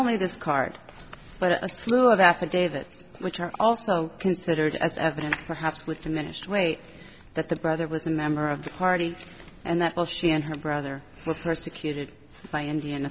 only this card but a slew of affidavits which are also considered as evidence perhaps with diminished weight that the brother was a member of the party and that while she and her brother was persecuted by indian